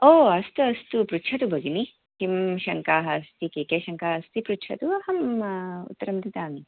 ओ अस्तु अस्तु पृच्छतु भगिनी किं शङ्काः अस्ति के के शङ्काः अस्ति पृच्छतु अहम् उत्तरं ददामि